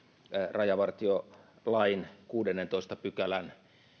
rajavartiolain kuudennentoista pykälän